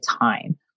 time